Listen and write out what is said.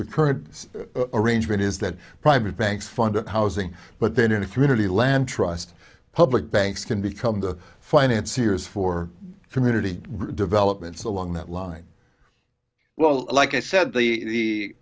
the current arrangement is that private banks fund housing but then in a community land trust public banks can become the financier's for community developments along that line well like i said the t